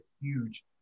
huge